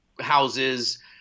houses